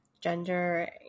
gender